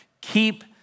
Keep